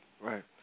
right